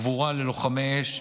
קבורה ללוחמי האש),